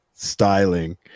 Styling